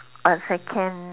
uh second